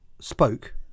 spoke